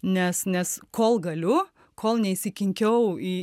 nes nes kol galiu kol neįsikinkiau į